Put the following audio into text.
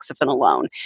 alone